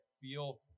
feel